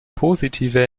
positive